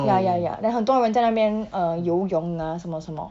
ya ya ya then 很多人在那边 uh 游泳啦什么什么